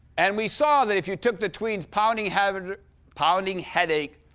and we saw that if you took the tweets pounding head pounding headache,